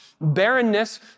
Barrenness